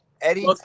Eddie